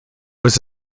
was